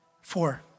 Four